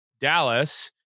Dallas